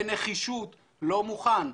בנחישות לא מוכן,